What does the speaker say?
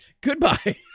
goodbye